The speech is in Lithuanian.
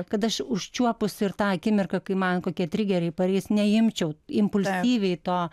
kad aš užčiuopus ir tą akimirką kai man kokie trigeriai pareis neimčiau impulsyviai to